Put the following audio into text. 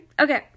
Okay